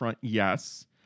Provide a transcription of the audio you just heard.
yes